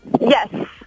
Yes